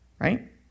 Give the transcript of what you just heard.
Right